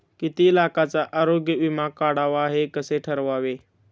किती लाखाचा आरोग्य विमा काढावा हे कसे ठरवावे?